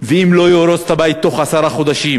ואם הוא לא יהרוס את הבית תוך עשרה חודשים